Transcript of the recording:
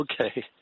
Okay